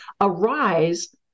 arise